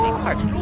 pardon